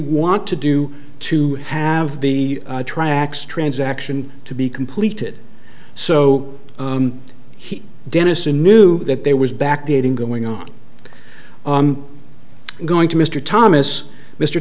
want to do to have the tracks transaction to be completed so he denison knew that there was back dating going on going to mr thomas mr